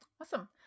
Awesome